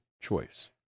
choice